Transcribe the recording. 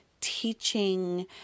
teaching